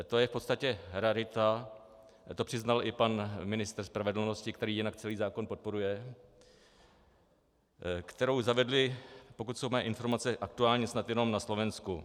To je v podstatě rarita, to přiznal i pan ministr spravedlnosti, který jinak celý zákon podporuje, kterou zavedli, pokud jsou mé informace aktuální, snad jenom na Slovensku.